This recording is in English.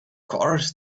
course